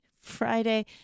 Friday